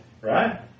right